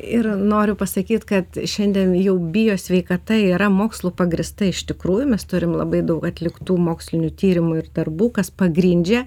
ir noriu pasakyt kad šiandien jau bijo sveikata yra mokslu pagrįsta iš tikrųjų mes turim labai daug atliktų mokslinių tyrimų ir darbų kas pagrindžia